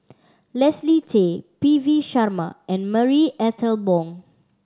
Leslie Tay P V Sharma and Marie Ethel Bong